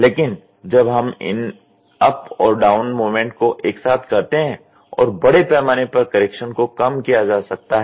लेकिन जब हम इन अप और डाउन मूवमेंट को एक साथ करते हैं और बड़े पैमाने पर करेक्शंस को कम किया जा सकता है